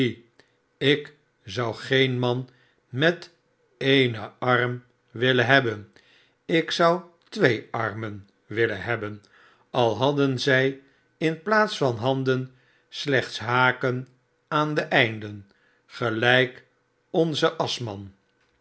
ik zou geen man met eenen arm willen hebben ik zou twee armen willen hebben al hadden zij in plaats van handen slechts haken aan de einden gelijk onze aschman